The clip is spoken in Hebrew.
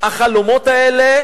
החלומות האלה